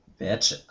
Bitch